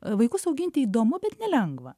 vaikus auginti įdomu bet nelengva